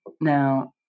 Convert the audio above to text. Now